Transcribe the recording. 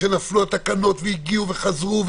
התקנות הגיעו וחזרו,